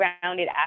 grounded